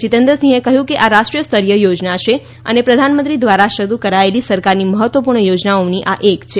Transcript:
જિત્દ્રસિંહે કહ્યું કે આ રાષ્ટ્રીય સ્તરીય યોજના છે અને પ્રધાનમંત્રી દ્વારા શરૂ કરાચેલી સરકારની મહત્વપૂર્ણ યોજનાઓમાંની આ એક છે